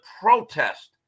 protest